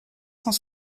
cent